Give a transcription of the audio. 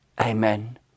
Amen